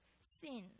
sin